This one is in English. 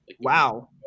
Wow